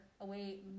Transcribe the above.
away